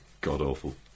god-awful